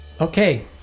Okay